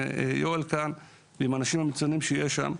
עם יואל ליפובצקי ועם האנשים המצוינים שיש שם,